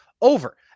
over